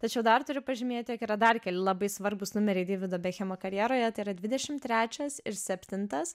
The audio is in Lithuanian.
tačiau dar turiu pažymėti jog yra dar keli labai svarbūs numeriai deividą bekhemą karjeroje tai yra dvidešim trečias ir septintas